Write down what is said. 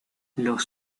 los